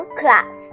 class